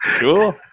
cool